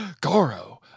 goro